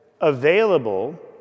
available